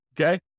Okay